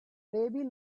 baby